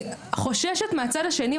וחוששת מהצד השני.